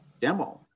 Demo